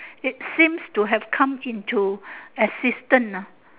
it seems to have come into existence ah